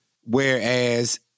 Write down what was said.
whereas